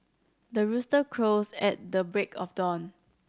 the rooster crows at the break of dawn